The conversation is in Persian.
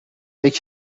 فکر